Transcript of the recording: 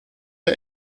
der